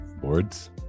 boards